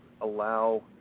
allow